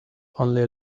only